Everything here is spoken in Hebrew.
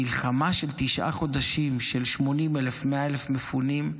מלחמה של תשעה חודשים עם 80,000, 100,000 מפונים?